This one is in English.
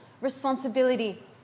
responsibility